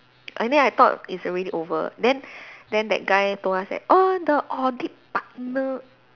and then I thought it's already over then then that guy told us that orh the audit partner